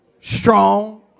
strong